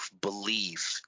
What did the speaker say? believe